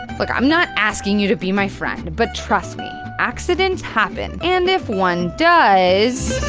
look, i'm not asking you to be my friend, but trust me, accidents happen and if one does.